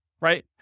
right